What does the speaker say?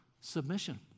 submission